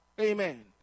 Amen